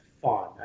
fun